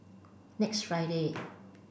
next Friday